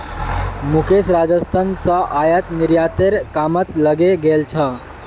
मुकेश राजस्थान स आयात निर्यातेर कामत लगे गेल छ